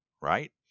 Right